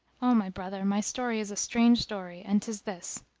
o my brother, my story is a strange story and tis this.